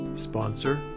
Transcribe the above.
Sponsor